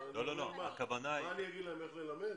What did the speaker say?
האם אני אגיד להם איך ללמד?